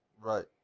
Right